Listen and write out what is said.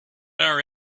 our